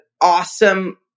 awesome